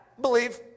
Believe